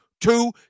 two